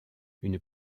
une